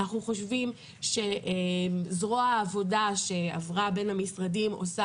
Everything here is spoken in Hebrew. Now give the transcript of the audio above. אנחנו חושבים שזרוע העבודה שעברה בין המשרדים עושה